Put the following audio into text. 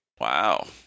Wow